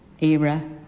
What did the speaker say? era